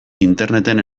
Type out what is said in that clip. interneten